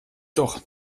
doch